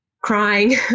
crying